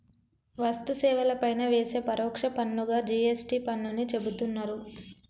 వస్తు సేవల పైన వేసే పరోక్ష పన్నుగా జి.ఎస్.టి పన్నుని చెబుతున్నరు